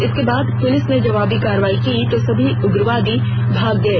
इसके बाद पुलिस ने जवाबी कार्रवाई की तो सभी उग्रवादी भाग गए